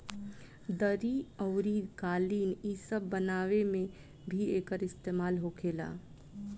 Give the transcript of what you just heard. दरी अउरी कालीन इ सब बनावे मे भी एकर इस्तेमाल होखेला